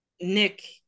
nick